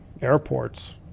airports